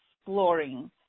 exploring